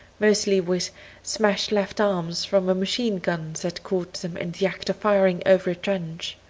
mostly with smashed left arms from a machine-gun that caught them in the act of firing over a trench.